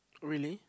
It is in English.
really